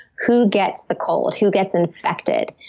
who gets the cold? who gets infected?